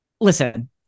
listen